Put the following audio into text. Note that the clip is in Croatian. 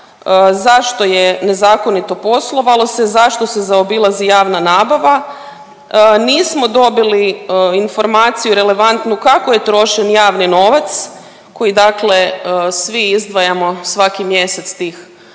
zašto je nezakonito poslovalo se, zašto se zaobilazi javna nabava. Nismo dobili informaciju relevantnu kako je trošen javni novac koji dakle svi izdvajamo svaki mjesec tih 10